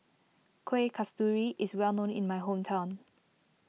Kuih Kasturi is well known in my hometown